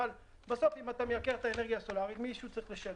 אבל בסוף אם אתה מייקר את האנרגיה הסולארית מישהו צריך לשלם.